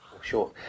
sure